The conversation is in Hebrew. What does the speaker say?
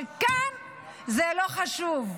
אבל כאן זה לא חשוב.